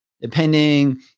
depending